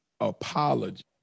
apology